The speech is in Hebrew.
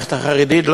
למערכת החינוך החרדית,